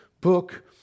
book